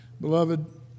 Beloved